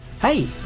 Hey